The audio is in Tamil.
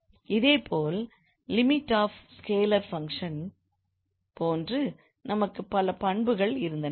இதேபோல் லிமிட் ஆப் ஸ்கேலார் ஃபங்க்ஷன் போன்று நமக்கு பல பண்புகள் இருந்தன